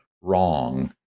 wrong